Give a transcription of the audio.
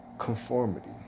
Conformity